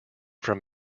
from